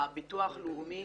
הביטוח הלאומי